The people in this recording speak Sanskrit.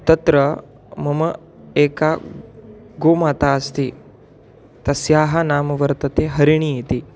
तत्र मम एका गोमाता अस्ति तस्याः नाम वर्तते हरिणी इति